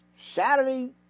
Saturday